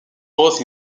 both